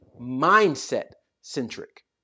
mindset-centric